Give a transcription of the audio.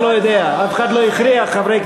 לא, זה לא נכון.